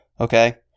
Okay